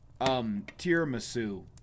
tiramisu